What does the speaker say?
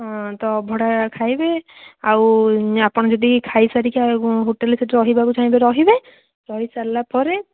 ତ ଅଭଡ଼ା ଖାଇବେ ଆଉ ଆପଣ ଯଦି ଖାଇ ସାରିକି ହୋଟେଲରେ ସେଠି ରହିବାକୁ ଚାହିଁବେ ରହିବେ ରହିସାରିଲା ପରେ